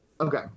Okay